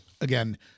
again